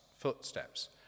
footsteps